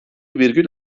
virgül